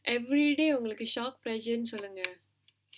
everyday உங்களுக்கு:ungalukku will be shock pressure சொல்லுங்க:sollunga